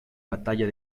batalla